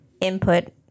input